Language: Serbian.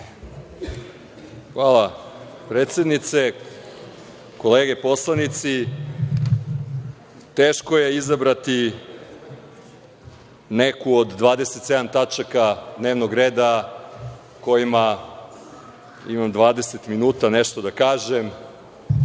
Hvala predsednice. Kolege poslanici, teško je izabrati neku od 27 tačaka dnevnog reda o kojima imam 20 minuta nešto da kažem. Bilo